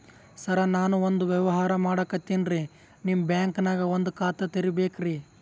ಸರ ನಾನು ಒಂದು ವ್ಯವಹಾರ ಮಾಡಕತಿನ್ರಿ, ನಿಮ್ ಬ್ಯಾಂಕನಗ ಒಂದು ಖಾತ ತೆರಿಬೇಕ್ರಿ?